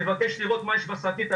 אני מבקש לראות מה יש בשקית,